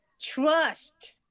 trust